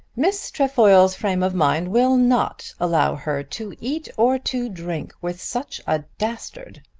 miss trefoil's frame of mind will not allow her to eat or to drink with such a dastard,